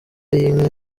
y’inka